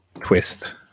twist